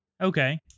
Okay